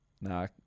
nah